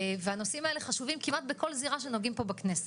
הנושאים האלה חשובים כמעט בכל זירה שנוגעים פה בכנסת.